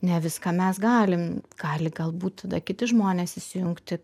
ne viską mes galim gali galbūt tada kiti žmonės įsijungti